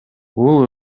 бул